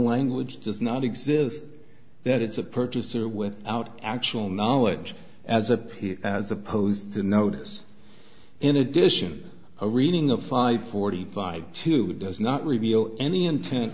language does not exist that it's a purchaser without actual knowledge as a supposed to notice in addition a reading of five forty by two does not reveal any intent